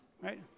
right